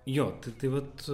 jo tai tai vat